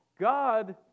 God